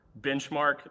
benchmark